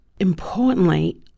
importantly